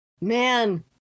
man